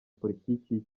politiki